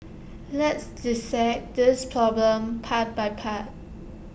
let's dissect this problem part by part